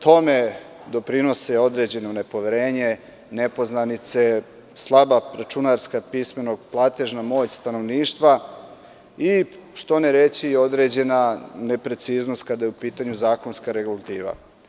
Tome doprinosi određeno nepoverenje, nepoznanice, slaba računarska pismenost, platežna moć stanovništva i, što ne reći, određena nepreciznost kada je u pitanju zakonska regulativa.